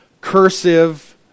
cursive